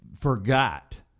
forgot